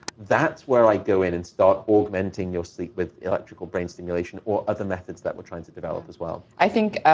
that's where i go in and start augmenting your sleep with electrical brain stimulation or other methods that we're trying to develop as well. rhonda i think,